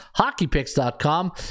hockeypicks.com